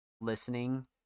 listening